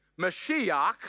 Mashiach